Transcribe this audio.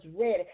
ready